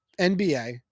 NBA